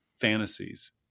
fantasies